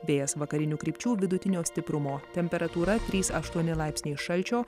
vėjas vakarinių krypčių vidutinio stiprumo temperatūra trys aštuoni laipsniai šalčio